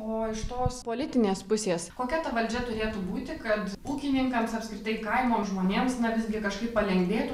o iš tos politinės pusės kokia ta valdžia turėtų būti kad ūkininkams apskritai kaimo žmonėms visgi kažkaip palengvėtų